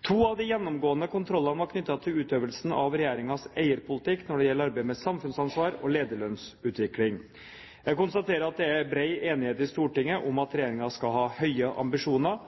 To av de gjennomgående kontrollene var knyttet til utøvelsen av regjeringens eierpolitikk når det gjelder arbeid med samfunnsansvar og lederlønnsutvikling. Jeg konstaterer at det er bred enighet i Stortinget om at regjeringen skal ha høye ambisjoner